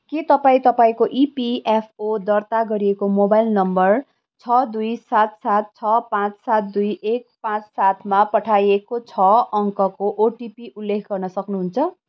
के तपाईँ तपाईँको इपीएफओ दर्ता गरिएको मोबाइल नम्बर छ दुई सात सात छ पाँच सात दुई एक पाँच सातमा पठाइएको छ अङ्कको ओटिपी उल्लेख गर्न सक्नुहुन्छ